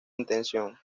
intención